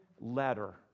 letter